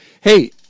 Hey